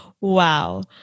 Wow